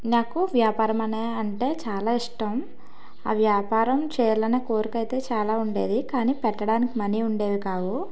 నాకు వ్యాపారం అనే అంటే చాలా ఇష్టం ఆ వ్యాపారం చేయాలని కోరికైతే చాలా ఉండేది కానీ పెట్టడానికి మనీ ఉండేవి కావు